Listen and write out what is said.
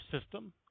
system